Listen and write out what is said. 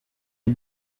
est